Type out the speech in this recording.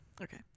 Okay